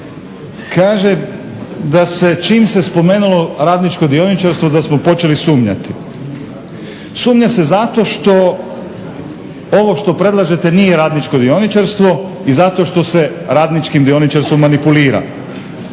Kaže da se, čim se spomenulo radničko dioničarstvo da smo počeli sumnjati. Sumnja se zato što ovo što predlažete nije radničko dioničarstvo i zato što se radničkim dioničarstvom manipulira.